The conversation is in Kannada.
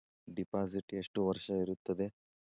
ಡಿಪಾಸಿಟ್ ಎಷ್ಟು ವರ್ಷ ಇರುತ್ತದೆ?